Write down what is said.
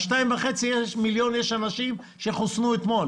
ב-2.5 מיליון יש אנשים שחוסנו אתמול